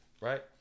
right